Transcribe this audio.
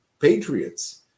patriots